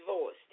voice